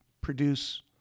produce